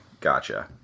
gotcha